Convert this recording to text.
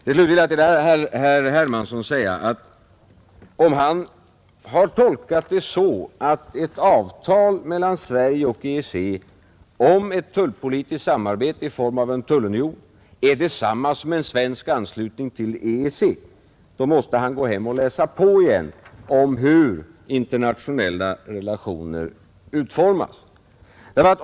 Till slut vill jag till herr Hermansson säga att om han har tolkat det så att ett avtal mellan Sverige och EEC om ett tullpolitiskt samarbete i form av en tullunion är detsamma som en svensk anslutning till EEC, så måste han gå hem och läsa på igen om hur internationella relationer utformas.